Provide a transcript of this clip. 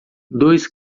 dois